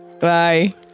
Bye